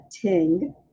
ting